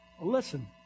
Listen